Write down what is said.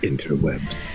Interwebs